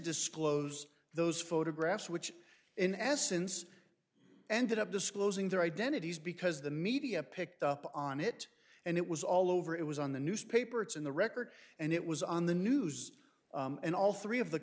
disclose those photographs which in essence ended up disclosing their identities because the media picked up on it and it was all over it was on the newspaper it's in the record and it was on the news and all three of the